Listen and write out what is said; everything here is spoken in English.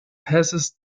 passes